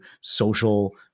social